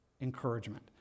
encouragement